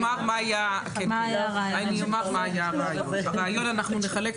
כרגע, אנחנו נעשה את